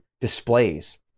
displays